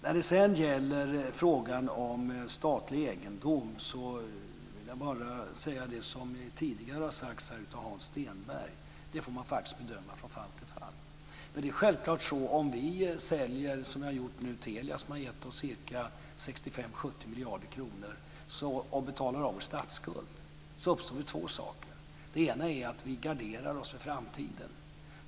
När det sedan gäller frågan om statlig egendom vill jag bara säga det som tidigare har sagts av Hans Stenberg. Det får man faktiskt bedöma från fall till fall. Men om vi säljer t.ex. Telia, som har gett oss 65 70 miljarder kronor, och betalar av vår statsskuld uppstår självklart två saker. Det ena är att vi garderar oss för framtiden.